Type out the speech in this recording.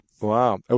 Wow